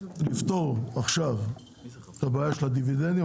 לפתור עכשיו את הבעיה של הדיבידנדים.